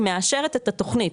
היא מאשרת את התוכנית.